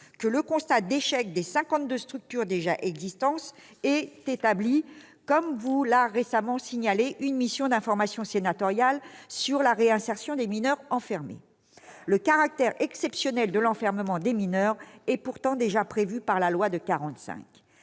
que le constat d'échec des cinquante-deux structures déjà existantes est établi, comme l'a récemment signifié une mission d'information sénatoriale sur la réinsertion des mineurs enfermés. Le caractère exceptionnel de l'enfermement des mineurs est pourtant déjà prévu par l'ordonnance